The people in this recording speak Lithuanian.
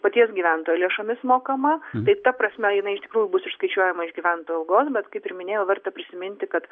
paties gyventojo lėšomis mokama tai ta prasme jinai iš tikrųjų bus išskaičiuojama iš gyventojo algos bet kaip ir minėjau verta prisiminti kad